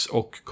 och